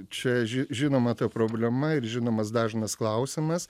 čia ži žinoma ta problema ir žinomas dažnas klausimas